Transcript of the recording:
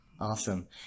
Awesome